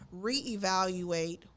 reevaluate